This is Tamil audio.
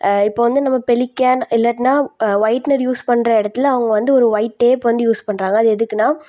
இப்போ வந்து நம்ம பெலிக்கேன் இல்லாட்டினா ஒயிட்னர் யூஸ் பண்ணுற இடத்துல அவங்க வந்து ஒரு ஒயிட் டேப் வந்து யூஸ் பண்ணுறாங்க அது எதுக்குன்னால்